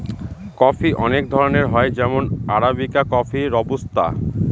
coffee অনেক ধরনের হয় যেমন আরাবিকা কফি, রোবুস্তা